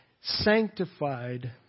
sanctified